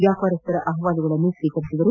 ವ್ಯಾಪಾರಸ್ಥರ ಅಹವಾಲುಗಳನ್ನು ಸ್ವೀಕರಿಸಿದರು